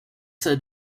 said